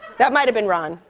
that might have been ron.